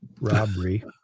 robbery